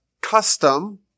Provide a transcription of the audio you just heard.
custom